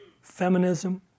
feminism